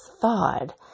thawed